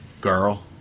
girl